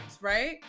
right